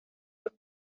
los